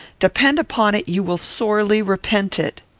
depend upon it, you will sorely repent it.